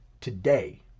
today